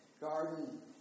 garden